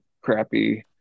crappy